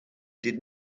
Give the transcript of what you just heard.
did